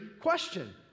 question